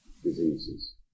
Diseases